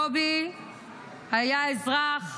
קובי היה אזרח,